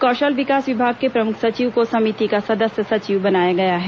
कौशल विकास विभाग के प्रमुख सचिव को समिति का सदस्य सचिव बनाया गया है